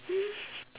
um